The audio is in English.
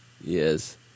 yes